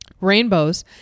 Rainbows